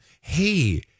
Hey